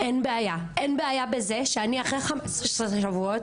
אין בעיה בזה שאני אחרי 15 שבועות,